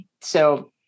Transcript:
So-